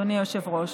אדוני היושב-ראש,